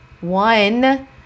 one